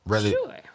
Sure